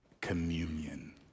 communion